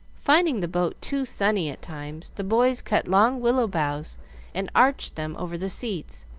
finding the boat too sunny at times, the boys cut long willow boughs and arched them over the seats,